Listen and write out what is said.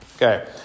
Okay